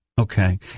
okay